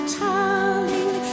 telling